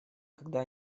когда